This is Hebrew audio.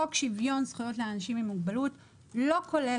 חוק שוויון זכויות לאנשים עם מוגבלות לא כולל